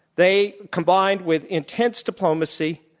they combined with intense diplomacy,